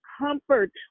comfort